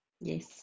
Yes